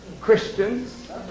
Christians